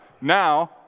Now